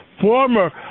former